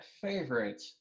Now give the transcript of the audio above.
favorite